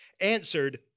answered